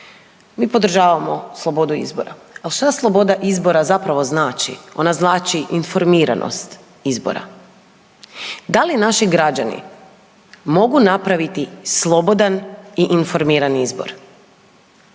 mi podržavamo slobodu izbora. Al šta sloboda izbora zapravo znači? Ona znači informiranost izbora. Da li naši građani mogu napraviti slobodan i informiran izbor?